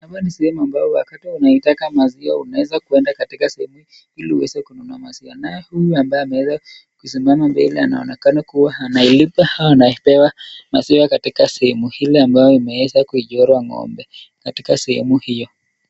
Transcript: Hapa ni sehemu ambayo wakati unataka maziwa unaezakuenda katika sehemu hili ili iweze kununua maziwa, naye huyu ambaye ameweza kuisimama mbele anaonekana kuwa analipa au anapewa maziwa katika sehemu hili ambayo imeweza kuchorwa ngombe katika sehemu hiyo.